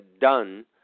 done